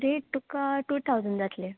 ते तुका two thousand जातले